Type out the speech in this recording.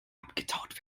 abgetaut